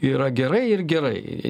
yra gerai ir gerai